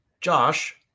Josh